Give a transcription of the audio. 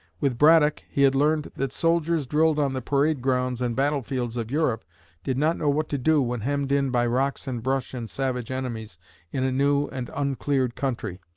with braddock, he had learned that soldiers drilled on the parade grounds and battle-fields of europe did not know what to do when hemmed in by rocks and brush and savage enemies in a new and uncleared country.